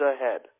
ahead